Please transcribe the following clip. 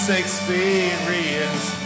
experience